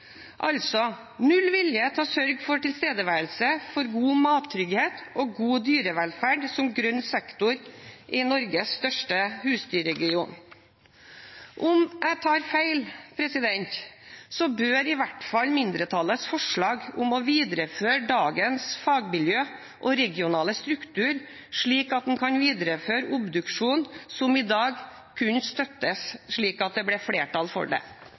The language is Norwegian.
altså null vilje til å sørge for tilstedeværelse, god mattrygghet og god dyrevelferd som grønn sektor i Norges største husdyrregion. Om jeg tar feil, bør i hvert fall mindretallets forslag om å videreføre dagens fagmiljø og regionale struktur, slik at en kan videreføre obduksjon som i dag, kunne støttes, slik at det blir flertall for det.